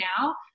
now